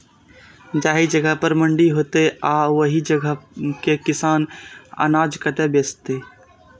जाहि जगह पर मंडी हैते आ ओहि जगह के किसान अनाज कतय बेचते?